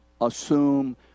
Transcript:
assume